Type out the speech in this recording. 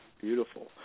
beautiful